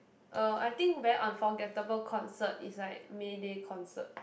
uh I think very unforgettable concert is like Mayday concert